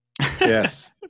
Yes